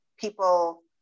people